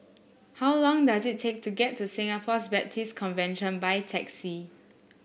how long does it take to get to Singapore Baptist Convention by taxi